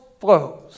flows